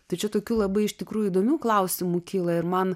tai čia tokių labai iš tikrųjų įdomių klausimų kyla ir man